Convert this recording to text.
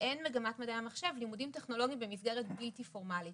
כשאין מגמת מדעי המחשב לימודים טכנולוגיים נחשבים למסגרות בלתי פורמליים